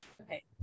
Okay